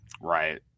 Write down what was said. Right